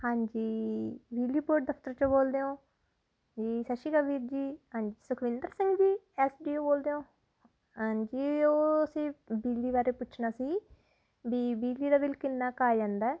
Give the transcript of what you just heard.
ਹਾਂਜੀ ਬਿਜਲੀ ਬੋਰਡ ਦਫਤਰ 'ਚੋਂ ਬੋਲਦੇ ਹੋ ਜੀ ਸਤਿ ਸ਼੍ਰੀ ਅਕਾਲ ਵੀਰ ਜੀ ਹਾਂਜੀ ਸੁਖਵਿੰਦਰ ਸਿੰਘ ਜੀ ਐਸਡੀਓ ਬੋਲਦੇ ਹੋ ਹਾਂਜੀ ਉਹ ਅਸੀਂ ਬਿਜਲੀ ਬਾਰੇ ਪੁੱਛਣਾ ਸੀ ਵੀ ਬਿਜਲੀ ਦਾ ਬਿਲ ਕਿੰਨਾ ਕੁ ਆ ਜਾਂਦਾ